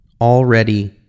already